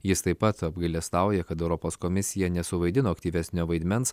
jis taip pat apgailestauja kad europos komisija nesuvaidino aktyvesnio vaidmens